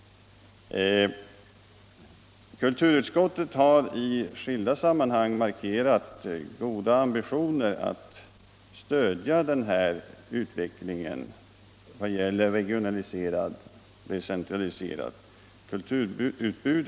Kulturutskottet har i skilda sammanhang visat stora ambitioner när det gällt att stödja utvecklingen mot ett decentraliserat kulturutbud av detta slag.